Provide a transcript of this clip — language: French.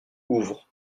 ouvre